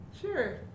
sure